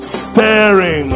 staring